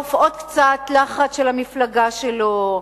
להדוף עוד קצת לחץ של המפלגה שלו,